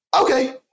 okay